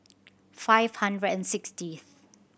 five hundred and sixtieth